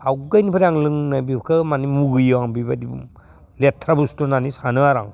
आवगायनिफ्राय लोंनाय आं बेखौ मुगैयो बेबायदि लेथ्रा बुसथु होननानै सानो आरो आं